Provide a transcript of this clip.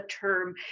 term